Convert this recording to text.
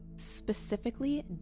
Specifically